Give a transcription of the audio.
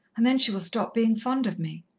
and then she will stop being fond of me.